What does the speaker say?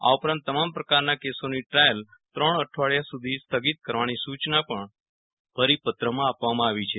આ ઉપરાંત તમામ પ્રકારના કેસોની ટ્રાયલ ત્રણ અઠવાડિયા સુધી સ્થગિત કરવાની સુચના પણ પરિપત્રમાં આપવામાં આવી છે